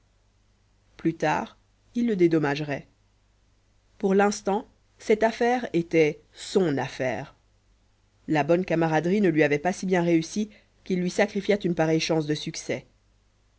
plus tard il le dédommagerait pour l'instant cette affaire était son affaire la bonne camaraderie ne lui avait pas si bien réussi qu'il lui sacrifiât une pareille chance de succès